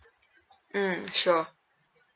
mm sure